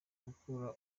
gukura